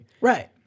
right